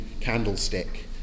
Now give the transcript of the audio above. candlestick